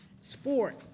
sport